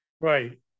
Right